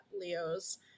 Leos